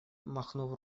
махнув